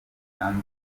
yatanze